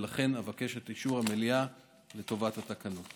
ולכן אבקש את אישור המליאה לטובת התקנות.